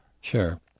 Sure